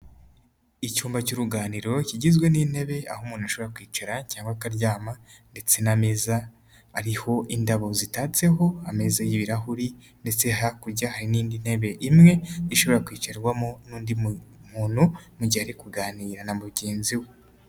Icyumba cy'uruganiriro, kigizwe n'intebe, aho umuntu ashobora kwicara cyangwa akaryama ndetse n'amezaza ariho indabo zitatseho, ameza y'ibirahuri ndetse hakurya hari n'indi ntebe imwe, ishobora kwicarwamo n'undi muntu mu gihe ari kuganira na mugenzi we.